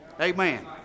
Amen